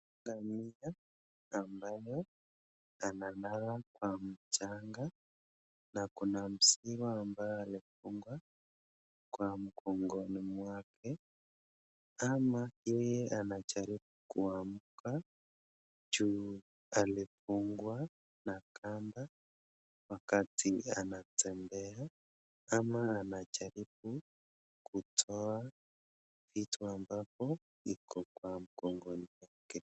Ngamia ambao analala kwa mchanga na kuna mzigo ile ambaye amefungwa kwa mgongoni mwake kama yeye anajaribu kuamka juu alifungwa na kamba wakati anatembea ama anajaribu kutoa vitu ambavyo iko kwa mgongoni mwake.